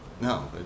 No